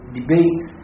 debates